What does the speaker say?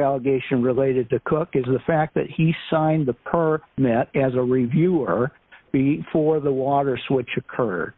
allegation related to cook is the fact that he signed the car met as a reviewer before the water switch occurred